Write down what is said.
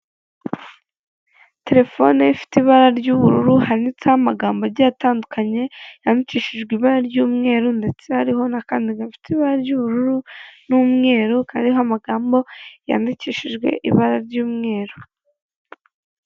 Telefone ye ifite ibara ry'ubururu, handitseho amagambo agiye atandukanye yandikishijwe ibara ry'umweru. Ndetse hariho kandi kantu gafite ibara ry'ubururu n'umweru, kariho amagambo yandikishijwe ibara ry'umweru.